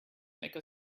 make